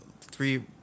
three